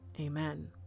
Amen